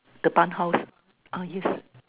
the bun house oh yes